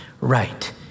right